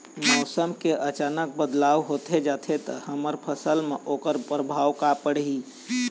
मौसम के अचानक बदलाव होथे जाथे ता हमर फसल मा ओकर परभाव का पढ़ी?